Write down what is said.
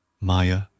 Maya